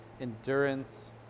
endurance